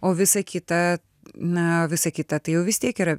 o visa kita na visa kita tai jau vis tiek yra